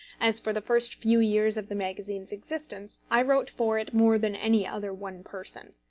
as, for the first few years of the magazine's existence, i wrote for it more than any other one person.